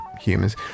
humans